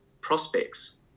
prospects